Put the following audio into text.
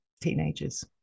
teenagers